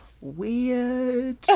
weird